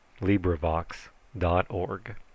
LibriVox.org